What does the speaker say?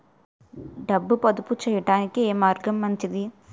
డబ్బు పొదుపు చేయటానికి ఏ మార్గం మంచిది?